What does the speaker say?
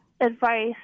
advice